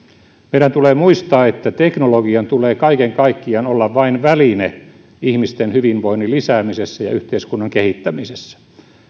meidän tulee muistaa että teknologian tulee kaiken kaikkiaan olla vain väline ihmisten hyvinvoinnin lisäämisessä ja yhteiskunnan kehittämisessä